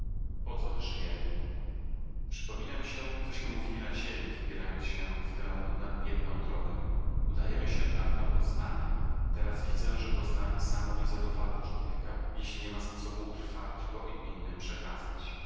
po co my żyjemy przypomina mi się cośmy mówili na ziemi wybierając się w tę nadniebną drogę udajemy się tam dla poznania teraz widzę że poznanie samo nie zadowala człowieka jeśli niema sposobu utrwalić go i innym przekazać